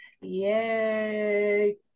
Yay